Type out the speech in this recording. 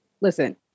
listen